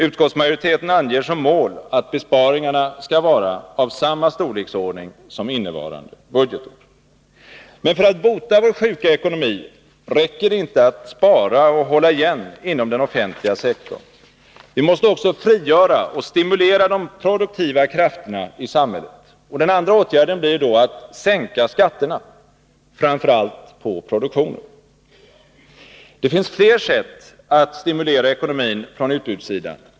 Utskottsmajoriteten anger som mål att besparingarna skall vara av samma storleksordning som innevarande budgetår. Men för att bota vår sjuka ekonomi räcker det inte att spara och hålla igen inom den offentliga sektorn. Vi måste också frigöra och stimulera de produktiva krafterna i samhället. Den andra åtgärden blir då att sänka skatterna, framför allt på produktionen. Det finns flera sätt att stimulera ekonomin från utbudssidan.